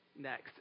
next